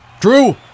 Drew